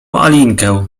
alinkę